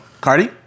Cardi